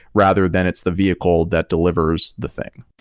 rather than it's the vehicle that delivers the thing.